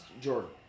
Jordan